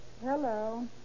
Hello